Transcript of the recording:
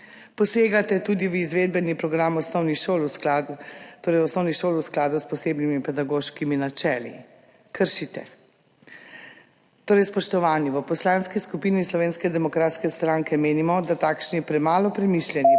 Posegate tudi v izvedbeni program osnovnih šol v skladu s posebnimi pedagoškimi načeli – kršite ga. Spoštovani! V Poslanski skupini Slovenske demokratske stranke menimo, da takšni premalo premišljeni,